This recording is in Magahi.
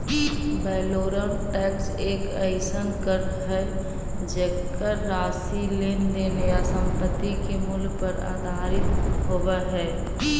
वैलोरम टैक्स एक अइसन कर हइ जेकर राशि लेन देन या संपत्ति के मूल्य पर आधारित होव हइ